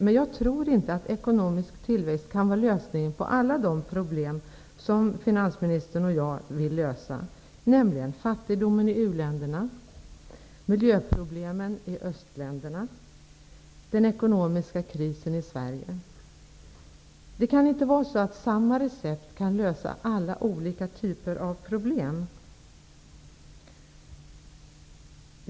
Men jag tror inte att ekonomisk tillväxt kan vara lösningen på alla de problem som finansministern och jag vill lösa: fattigdomen i uländerna, miljöproblemen i östländerna och den ekonomiska krisen i Sverige. Det kan inte vara så att samma recept löser alla olika typer av problem.